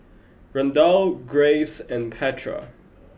Randall Graves and Petra